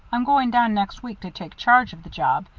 i'm going down next week to take charge of the job,